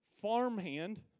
farmhand